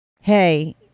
Hey